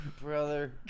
Brother